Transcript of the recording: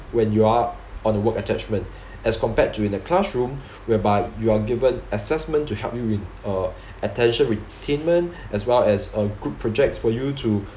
when you are on the work attachment as compared to in the classroom whereby you are given assessment to help you with uh attention retainment as well as uh group projects for you to